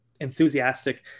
enthusiastic